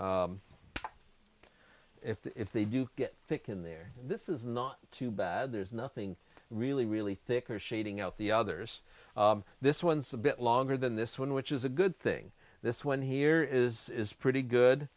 these if the if they do get taken there this is not too bad there's nothing really really thick or shading out the others this one's a bit longer than this one which is a good thing this one here is is pretty good